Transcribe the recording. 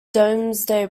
domesday